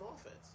offense